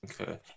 Okay